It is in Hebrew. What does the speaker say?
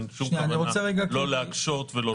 אין שום כוונה להקשות או שום דבר כזה.